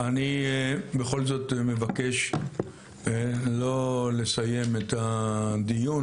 אני בכל זאת מבקש לא לסיים את הדיון